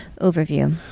overview